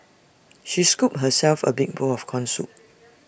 she scooped herself A big bowl of Corn Soup